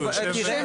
הוא יושב --- שנייה,